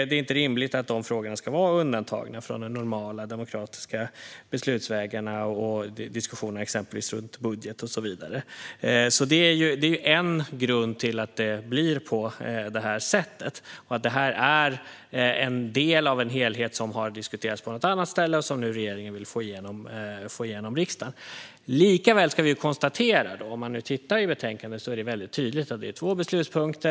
Det är inte rimligt att de här frågorna ska vara undantagna från de normala demokratiska beslutsvägarna och diskussionerna, exempelvis runt budget och så vidare. Detta är en grund till att det blir på det här sättet. Det här är en del av en helhet som har diskuterats på något annat ställe och som regeringen nu vill få igenom riksdagen. Likväl kan vi konstatera att det i betänkandet är tydligt att det finns två beslutspunkter.